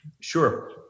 Sure